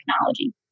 technology